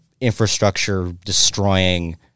infrastructure-destroying